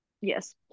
yes